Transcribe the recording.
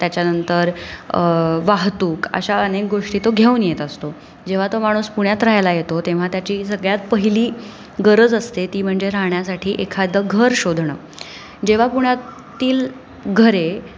त्याच्यानंतर वाहतूक अशा अनेक गोष्टी तो घेऊन येत असतो जेव्हा तो माणूस पुण्यात राहायला येतो तेव्हा त्याची सगळ्यात पहिली गरज असते ती म्हणजे राहण्यासाठी एखादं घर शोधणं जेव्हा पुण्या तील घरे